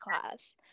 class